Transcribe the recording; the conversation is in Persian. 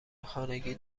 خانگی